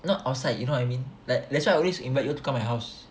not outside you know what I mean like that's why I always invite you to come my house